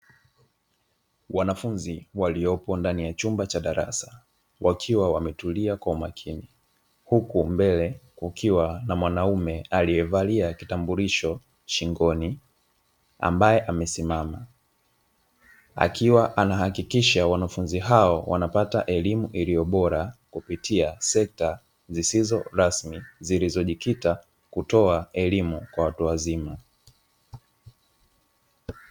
Wanafunzi waliopo ndani ya chumba cha darasa wakiwa wametulia kwa umakini huku mbele kukiwa na mwanaume aliyevalia kitambulisho shingoni ambaye amesimama, akiwa anahakikisha wanafunzi hao wanapata elimu iliyo bora kupitia sekta zisizo rasmi zilizojikita kutoa elimu kwa watu wazima.